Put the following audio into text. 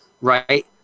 right